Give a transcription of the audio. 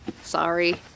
Sorry